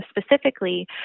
specifically